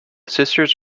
sisters